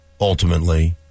ultimately